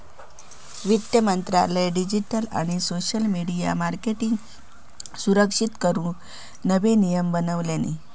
वित्त मंत्रालयान डिजीटल आणि सोशल मिडीया मार्केटींगका सुरक्षित करूक नवे नियम बनवल्यानी